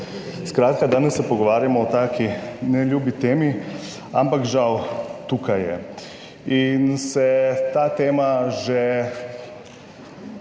Skratka, danes se pogovarjamo o taki neljubi temi, ampak žal tukaj je in se ta tema že,